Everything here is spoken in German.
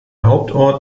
hauptort